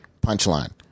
punchline